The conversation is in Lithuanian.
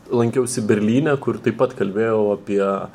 lankiausi berlyne kur taip pat kalbėjau apie